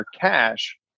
cash